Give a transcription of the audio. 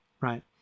right